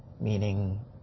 meaning